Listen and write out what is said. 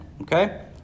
okay